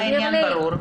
שירלי, העניין ברור.